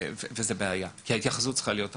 כי ההתייחסות צריכה להיות אחרת.